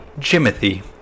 Jimothy